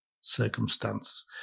circumstance